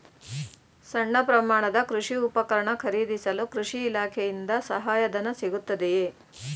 ಸಣ್ಣ ಪ್ರಮಾಣದ ಕೃಷಿ ಉಪಕರಣ ಖರೀದಿಸಲು ಕೃಷಿ ಇಲಾಖೆಯಿಂದ ಸಹಾಯಧನ ಸಿಗುತ್ತದೆಯೇ?